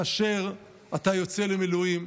כאשר אתה יוצא למילואים,